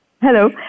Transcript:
Hello